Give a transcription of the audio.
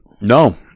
No